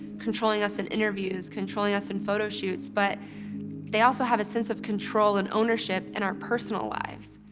controlling us in interviews, controlling us in photo shoots, but they also have a sense of control and ownership in our personal lives.